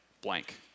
blank